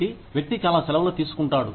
కాబట్టి వ్యక్తి చాలా సెలవులు తీసుకుంటున్నాడు